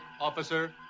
officer